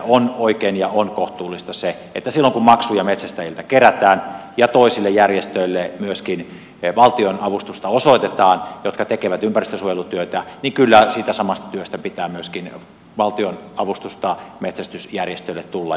on oikein ja on kohtuullista että silloin kun maksuja metsästäjiltä kerätään ja toisille järjestöille jotka tekevät ympäristönsuojelutyötä valtionavustusta myöskin osoitetaan niin kyllä siitä samasta työstä pitää valtionavustusta myöskin metsästysjärjestölle tulla